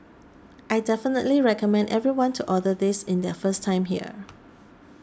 I definitely recommend everyone to order this in their first time here